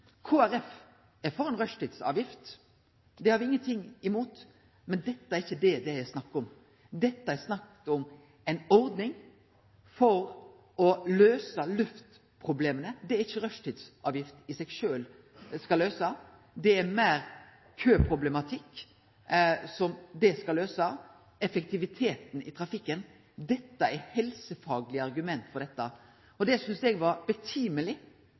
er for ei rushtidsavgift, det har me ingenting imot, men det er ikkje det det er snakk om. Det er snakk om ei ordning for å løyse luftproblema. Det er det ikkje ei rushtidsavgift i seg sjølv som skal løyse, det er meir køproblematikken ei rushtidsavgift skal løyse, effektiviteten i trafikken. Det er helsefaglege argument for dette. Det synest eg det var